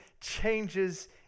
changes